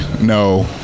no